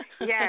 Yes